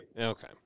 Okay